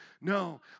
No